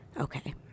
Okay